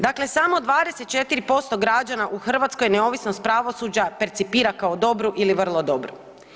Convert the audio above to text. Dakle, samo 24% građana u Hrvatskoj neovisnost pravosuđa percipira kao dobru ili vrlo dobru.